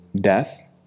death